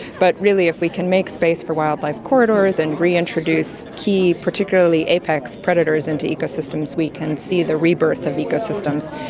but really if we can make space for wildlife corridors and reintroduce key particularly apex predators into ecosystems we can see the rebirth of ecosystems,